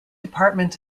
department